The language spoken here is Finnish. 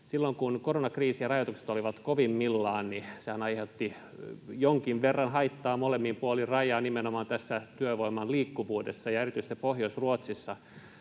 Silloin kun koronakriisi ja ‑rajoitukset olivat kovimmillaan, sehän aiheutti jonkin verran haittaa molemmin puolin rajaa nimenomaan tässä työvoiman liikkuvuudessa, ja erityisesti Pohjois-Ruotsissa